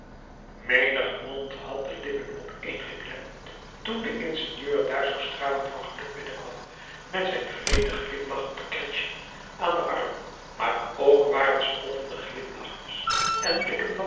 menige mond had de lippen opeengeklemd toen de ingenieur daar zoo stralend van geluk binnenkwam met zijn vredig glimlachend gretchen aan den arm maar ook waren spottende glimlachjes en blikken van